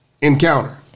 encounter